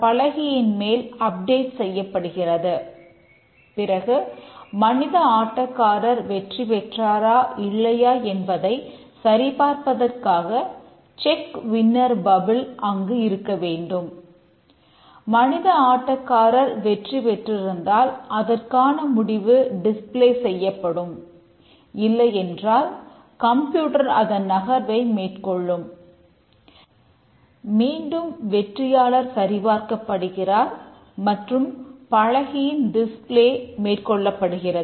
பப்பிள்களைச் மேற்கொள்ளப்படுகிறது